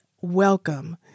welcome